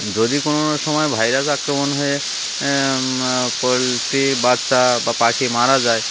যদি কোনো সময় ভাইরাস আক্রমণ হয়ে পোল্ট্রির বাচ্চা বা পাখি মারা যায়